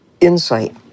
insight